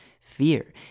fear